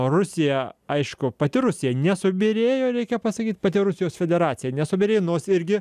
rusija aišku pati rusija nesubyrėjo reikia pasakyt pati rusijos federacija nesubyrėjo nors irgi